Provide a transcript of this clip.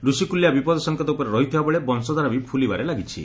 ଋଷିକୁଲ୍ୟା ବିପଦ ସଙ୍କେତ ଉପରେ ରହିଥିବାବେଳେ ବଂଶଧାରା ବି ଫୁଲିବାରେ ଲାଗିଛି